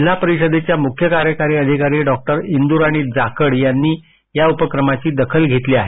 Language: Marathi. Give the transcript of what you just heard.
जिल्हा परिषदेच्या मुख्य कार्यकारी अधिकारी डॉक्टर इंद्राणी जाखड यांनी या उपक्रमाची दखल घेतली आहे